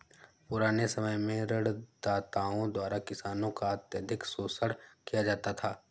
पुराने समय में ऋणदाताओं द्वारा किसानों का अत्यधिक शोषण किया जाता था